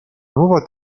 nuova